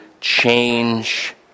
change